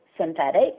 synthetic